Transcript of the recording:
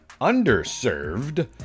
underserved